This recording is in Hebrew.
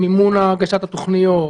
מימון הגשת התוכניות,